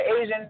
Asian